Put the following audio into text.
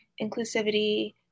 inclusivity